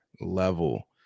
level